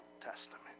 testament